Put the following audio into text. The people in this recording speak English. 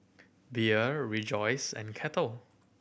Biore Rejoice and Kettle